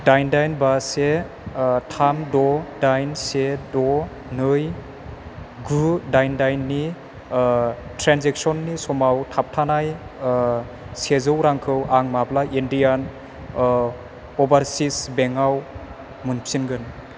दाइन दाइन बा से थाम द' दाइन से द नै गु दाइन दाइननि ट्रेन्जेक्सननि समाव थाबथानाय सेजौ रांखौ आं माब्ला इन्डियान अभारसिस बेंक आव मोनफिनगोन